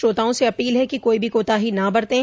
श्रोताओं से अपील है कि कोई भी कोताही न बरतें